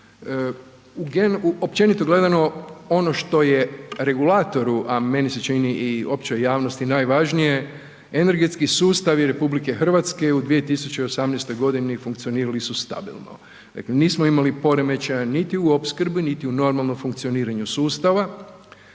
Općenito gledano, ono što je regulatoru a meni se čini i općoj javnosti najvažnije, energetski sustavi RH u 2018. funkcionirali su stabilno, dakle nismo imali poremećaja niti u opskrbi biti u normalnom funkcioniranju sustava.